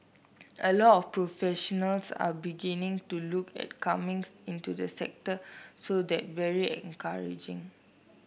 a lot professionals are beginning to look at comings into the sector so that very encouraging